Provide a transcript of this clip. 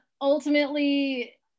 ultimately